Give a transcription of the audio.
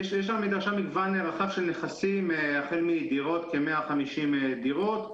יש במדרשה מגוון רחב של נכסים החל מדירות- כ-150 דירות,